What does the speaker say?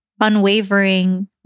unwavering